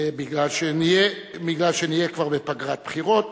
מפני שנהיה כבר בפגרת בחירות.